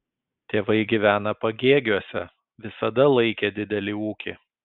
tėvai gyvena pagėgiuose visada laikė didelį ūkį